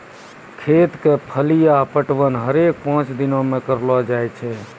खेत क फलिया पटवन हरेक पांच दिनो म करलो जाय छै